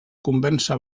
convèncer